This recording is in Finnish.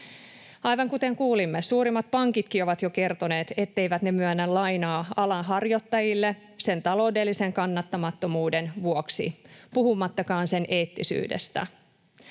Aivan kuten kuulimme, suurimmat pankitkin ovat jo kertoneet, etteivät ne myönnä lainaa alan harjoittajille sen taloudellisen kannattamattomuuden vuoksi puhumattakaan sen eettisyydestä.